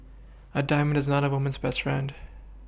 a diamond is not a woman's best friend